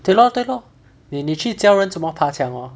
对 lor 对 lor 你你去教人怎么爬墙 lor